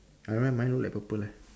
i don't know mine look like purple leh